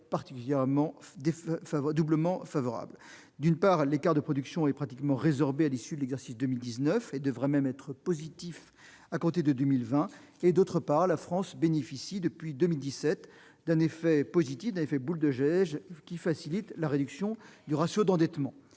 actuel paraît doublement favorable. D'une part, l'écart de production est pratiquement résorbé à l'issue de l'exercice 2019 et devrait même être positif à compter de 2020 ; d'autre part, la France bénéficie depuis 2017 d'un effet « boule de neige » positif, qui facilite la réduction du ratio d'endettement.